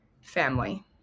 Family